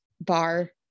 bar